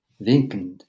winkend